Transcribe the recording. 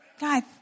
God